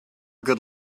good